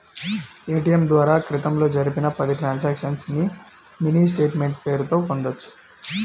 ATM ద్వారా క్రితంలో జరిపిన పది ట్రాన్సక్షన్స్ ని మినీ స్టేట్ మెంట్ పేరుతో పొందొచ్చు